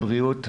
אנחנו בירידה.